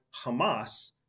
Hamas